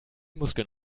muskeln